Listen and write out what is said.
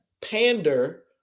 pander